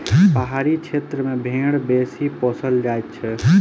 पहाड़ी क्षेत्र मे भेंड़ बेसी पोसल जाइत छै